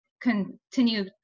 continue